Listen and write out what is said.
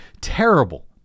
terrible